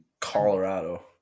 Colorado